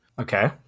Okay